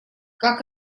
как